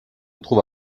trouve